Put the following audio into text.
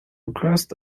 request